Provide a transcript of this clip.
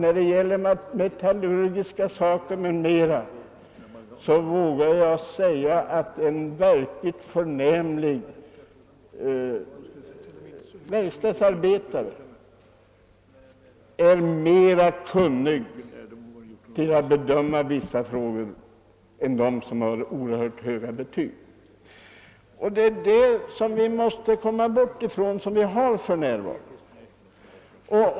I metallurgiska sammanhang kan en kunnig verkstadsarbetare vara mera kompetent att bedöma vissa frågor än tjänstemän med hög utbildning. Vi måste ta hänsyn till detta förhållande i verksamheten på detta område.